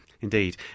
Indeed